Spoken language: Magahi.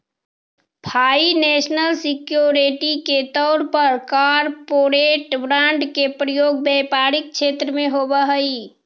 फाइनैंशल सिक्योरिटी के तौर पर कॉरपोरेट बॉन्ड के प्रयोग व्यापारिक क्षेत्र में होवऽ हई